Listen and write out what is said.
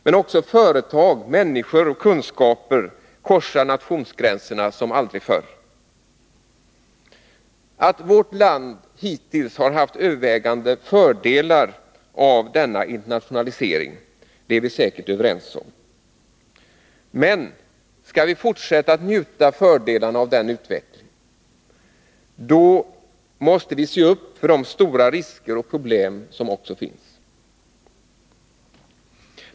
Men också företag, människor och kunskaper korsar nationsgränserna som aldrig förr. Att vårt land hittills har haft övervägande fördelar av denna internationalisering är vi säkert överens om. Men skall vi fortsätta att njuta fördelarna av den utvecklingen, måste vi se upp för de stora risker och problem som också finns.